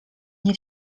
nie